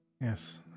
Yes